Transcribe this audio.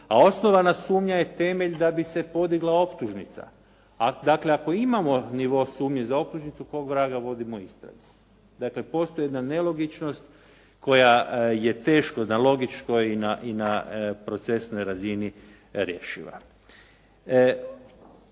A osnovana sumnja je temelj da bi se podigla optužnica. A dakle, ako imamo nivo sumnji za optužnicu kog vraga vodimo istragu. Dakle, postoji jedna nelogičnost koja je teško na logičnoj i na procesnoj razini rješiva.